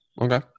Okay